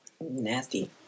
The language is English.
Nasty